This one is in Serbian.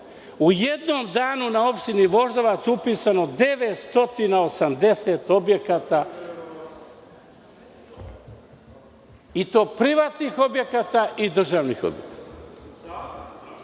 U jednom danu na opštini Voždovac upisano je 980 objekata i to privatnih i državnih objekata.